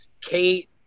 Kate